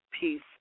peace